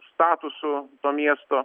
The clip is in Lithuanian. statusu to miesto